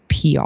PR